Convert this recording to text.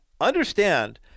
understand